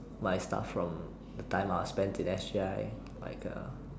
my stuff from the time I spend in S_G_I like a